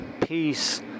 peace